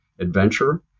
adventure